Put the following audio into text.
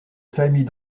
famille